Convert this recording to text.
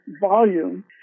volume